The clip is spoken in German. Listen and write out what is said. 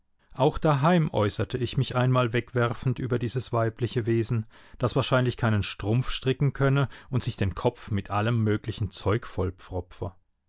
auch daheim äußerte ich mich einmal wegwerfend über dieses weibliche wesen das wahrscheinlich keinen strumpf stricken könne und sich den kopf mit allem möglichen zeug vollpfropfe